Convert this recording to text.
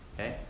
Okay